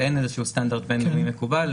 ואין איזשהו סטנדרט בין-לאומי מקובל.